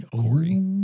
Corey